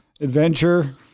adventure